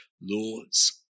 laws